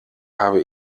habe